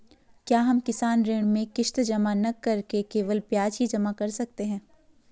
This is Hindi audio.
क्या हम किसान ऋण में किश्त जमा न करके केवल ब्याज ही जमा कर सकते हैं?